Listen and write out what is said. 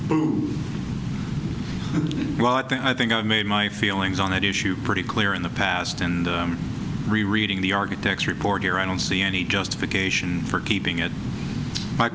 well i think i think i've made my feelings on that issue pretty clear in the past and rereading the architect's report here i don't see any justification for keeping it